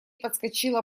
подскочила